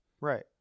right